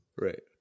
right